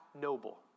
noble